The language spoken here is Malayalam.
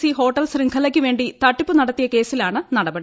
സി ഹോട്ടൽ ശൃംഖലയ്ക്കുവേണ്ടി തട്ടിപ്പുനടത്തിയ കേസിലാണ് നടപടി